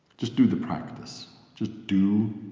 just do the practice. just do